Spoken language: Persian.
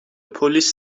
پلیس